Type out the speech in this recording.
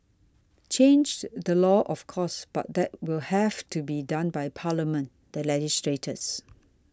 change the law of course but that will have to be done by Parliament the legislators